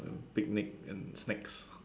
picnic and snacks